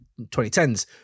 2010s